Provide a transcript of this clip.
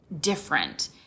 different